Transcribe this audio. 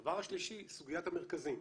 הדבר השלישי, סוגיית המרכזים.